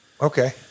Okay